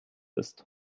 ist